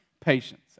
patience